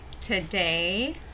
today